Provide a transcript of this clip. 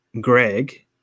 Greg